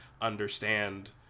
understand